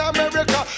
America